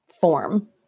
form